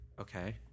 Okay